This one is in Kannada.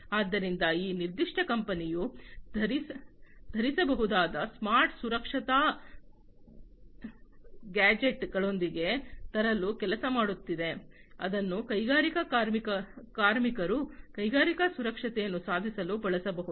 ಆದ್ದರಿಂದ ಈ ನಿರ್ದಿಷ್ಟ ಕಂಪನಿಯು ಧರಿಸಬಹುದಾದ ಸ್ಮಾರ್ಟ್ ಸುರಕ್ಷತಾ ಗ್ಯಾಜೆಟ್ಗಳೊಂದಿಗೆ ತರಲು ಕೆಲಸ ಮಾಡುತ್ತಿದೆ ಇದನ್ನು ಕೈಗಾರಿಕಾ ಕಾರ್ಮಿಕರು ಕೈಗಾರಿಕಾ ಸುರಕ್ಷತೆಯನ್ನು ಸುಧಾರಿಸಲು ಬಳಸಬಹುದು